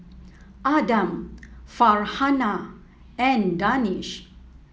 Adam Farhanah and Danish